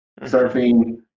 surfing